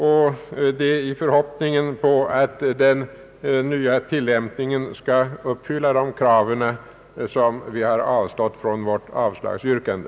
Det är i förhoppningen att den nya ordningen vid tillämpningen skall uppfylla de kraven som vi har avstått från vårt avslagsyrkande.